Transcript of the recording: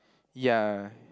ya